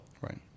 Right